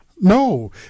No